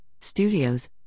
studios